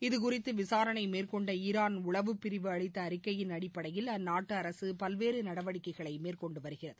இதுகுறித்து விசாரணை மேற்கொண்ட ஈரான் உளவுப் பிரிவு அளித்த அறிக்கையின் அடிப்படையில் அந்நாட்டு அரசு பல்வேறு நடவடிக்கைகளை மேற்கொண்டு வருகிறது